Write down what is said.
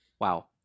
Wow